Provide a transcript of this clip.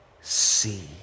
see